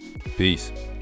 Peace